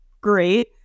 great